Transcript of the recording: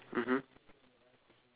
ya okay